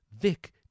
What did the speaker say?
Vic